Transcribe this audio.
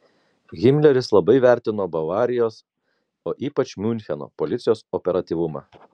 himleris labai vertino bavarijos o ypač miuncheno policijos operatyvumą